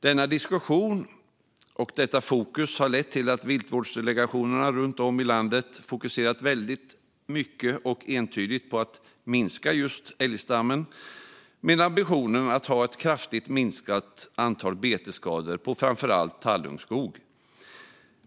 Denna diskussion och detta fokus har lett till att viltvårdsdelegationerna runt om i landet har fokuserat mycket och entydigt på att minska älgstammen, med ambitionen att få en kraftigt minskad mängd betesskador på framför allt tallungskog.